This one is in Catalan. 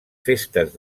festes